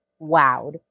wowed